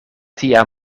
tia